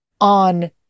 on